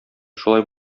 шулай